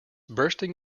bursting